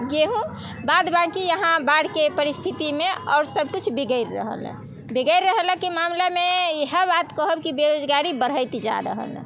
गेहूँ बाद बाँकि यहाँ बाढ़िके परिस्थितिमे आओर सब किछु बिगड़ि रहल हइ बिगड़ि रहल हइ कि मामलामे इहे बात कहब कि बेरोजगारी बढ़ैत जा रहल अछि